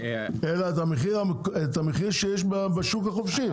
אלא את המחיר שיש בשוק החופשי.